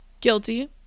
guilty